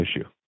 issue